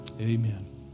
amen